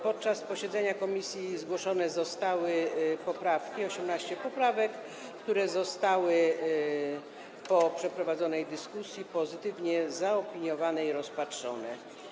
Podczas posiedzenia zgłoszono poprawki - 18 poprawek - które zostały po przeprowadzonej dyskusji pozytywnie zaopiniowane i rozpatrzone.